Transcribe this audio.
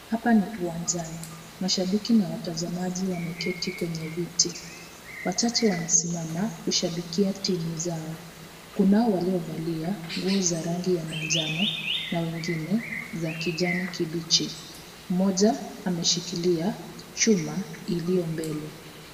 Hapa ni uwanjani , mashabiki na watazamaji wameketi kwenye viti , wachache wamesimama kushabikia timu zao. Kunao waliovalia nguo za rangi ya manjano na wengine za kijani kibichi mmoja ameshikila chuma iliyo mbele.